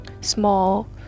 small